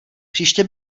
příště